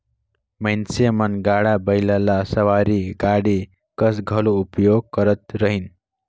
मइनसे मन गाड़ा बइला ल सवारी गाड़ी कस घलो उपयोग करत रहिन